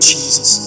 Jesus